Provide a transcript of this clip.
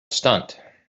stunt